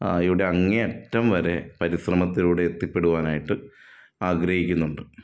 ആയുടെ അങ്ങേ അറ്റം വരെ പരിശ്രമത്തിലൂടെ എത്തിപ്പെടുവാനായിട്ട് ആഗ്രഹിക്കുന്നുണ്ട്